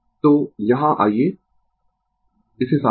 तो यहाँ आइये इसे साफ करें